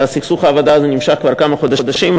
סכסוך העבודה הזה נמשך כבר כמה חודשים,